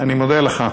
אני מודה לך.